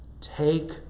Take